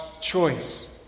choice